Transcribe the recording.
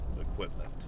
equipment